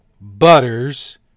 Butters